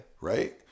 Right